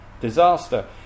disaster